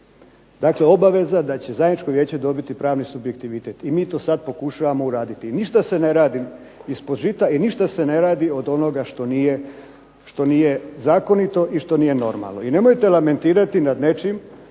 Dakle, obaveza da će zajedničko Vijeće dobiti pravni subjektivitet i mi to sada pokušavamo uraditi. I Ništa se ne radi ispod žita i ništa se ne radi od onoga što nije zakonito i što nije normalno i nemojte lamentirati nad nečim